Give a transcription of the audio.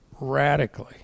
radically